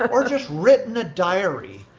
or just written a diary.